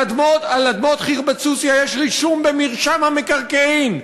על אדמות חירבת-סוסיא יש אישור במרשם המקרקעין,